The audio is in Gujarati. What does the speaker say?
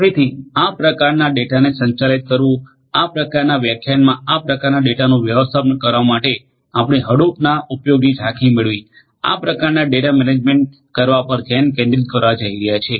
તેથી આ પ્રકારના ડેટાને સંચાલિત કરવું આ પ્રકારના વ્યાખ્યાનમા આ પ્રકારના ડેટાનું વ્યવસ્થાપન કરવા માટે આપણે હડુપના ઉપયોગની ઝાંખી મેળવી આ પ્રકારના ડેટા મેનેજમેન્ટ કરવા પર ધ્યાન કેન્દ્રિત કરવા જઈ રહ્યા છીએ